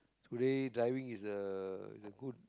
today driving is a is a good